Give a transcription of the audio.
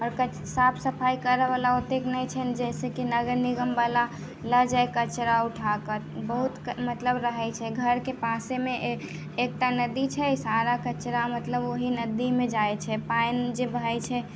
आओर साफ सफाइ करै बला औतेक नहि छनि जाहिसे नगर निगम बला लऽ जाइ कचरा उठाके बहुत मतलब रहै छै घरके पासेमे एक एकटा नदी छै सारा कचरा मतलब ओहि नदीमे जाइ छै पानि जे बहै छै